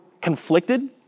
conflicted